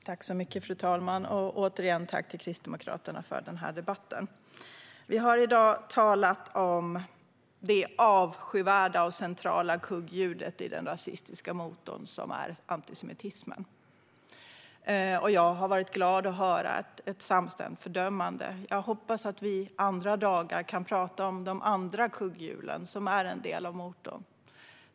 Fru talman! Återigen vill jag rikta ett tack till Kristdemokraterna för debatten. Vi har i dag talat om det avskyvärda och centrala kugghjulet i den rasistiska motor som antisemitismen utgör. Jag har varit glad över att jag har fått höra ett samstämmigt fördömande. Jag hoppas att vi även andra dagar kan tala om de övriga kugghjul som är en del av motorn.